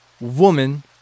woman